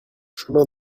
chemin